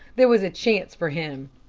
there was a chance for him.